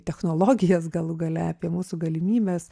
technologijas galų gale apie mūsų galimybes